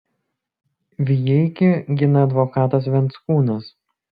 vijeikį gina advokatas venckūnas